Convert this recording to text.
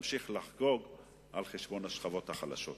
שחלקם בלתי נשלטים,